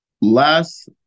Last